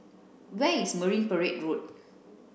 where is Marine Parade Road